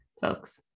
folks